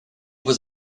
was